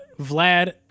Vlad